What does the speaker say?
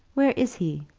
where is he